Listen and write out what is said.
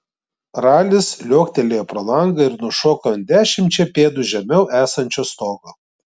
ralis liuoktelėjo pro langą ir nušoko ant dešimčia pėdų žemiau esančio stogo